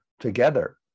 together